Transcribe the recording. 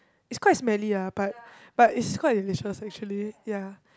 it's quite smelly ah but but is quite delicious actually ya